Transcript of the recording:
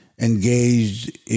engaged